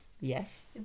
Yes